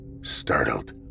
Startled